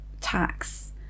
tax